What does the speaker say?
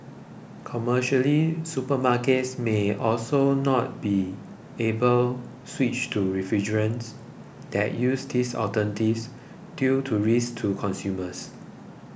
commercially supermarkets may also not be able switch to refrigerants that use these alternatives due to risks to consumers